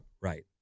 Right